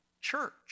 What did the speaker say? church